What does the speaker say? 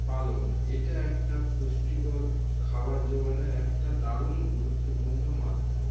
পালন এটা একটা পুষ্টিকর খাবার জোগানের একটা দারুণ গুরুত্বপূর্ণ মাধ্যম